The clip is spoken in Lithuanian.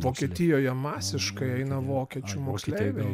vokietijoje masiškai eina vokiečių moksleiviai